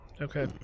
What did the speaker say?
Okay